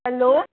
hello